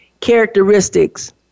characteristics